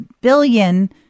billion